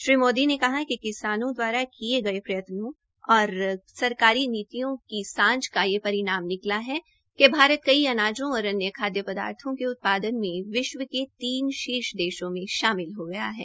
श्री मोदी ने कहा कि किसानों द्वारा किये गये प्रयासों और सरकारी नीतियों की सांझ का यह परिणाम निकला है कि भारत कई अनाजों और अन्य खादय पदार्थो के उत्पादन में विश्व के तीन शीर्ष देशों में शामिल हो गया है